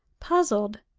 puzzled,